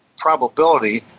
probability